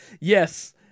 Yes